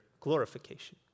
glorification